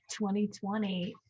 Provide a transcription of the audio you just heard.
2020